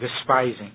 despising